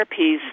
therapies